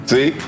See